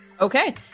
Okay